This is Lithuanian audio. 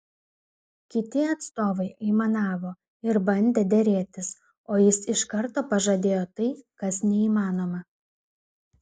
kiti atstovai aimanavo ir bandė derėtis o jis iš karto pažadėjo tai kas neįmanoma